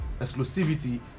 exclusivity